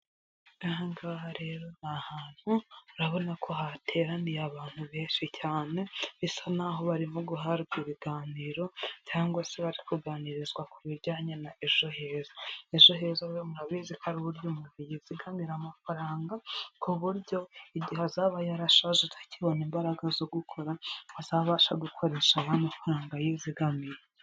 Aha ngaha rero ni ahantu, urabona ko hateraniye abantu benshi cyane, bisa naho barimo guhabwa ibiganiro cyangwa se bari kuganirizwa ku bijyanye na ejo heza. Ejo heza murabizi ko ari uburyo umuntu yizigamira amafaranga, ku buryo igihe azaba yarashaje atakibona imbaraga zo gukora azabasha gukoresha y'amafaranga yizigamiye.